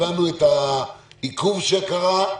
הבנו את העיכוב שהיה,